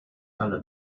alle